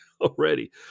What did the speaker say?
already